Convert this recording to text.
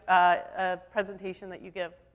ah, presentation that you give.